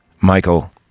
Michael